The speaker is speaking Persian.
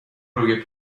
روی